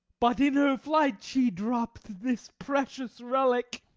but in her flight she dropped this precious relic.